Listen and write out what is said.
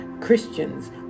Christians